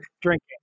drinking